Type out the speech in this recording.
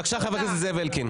בבקשה, חבר הכנסת זאב אלקין.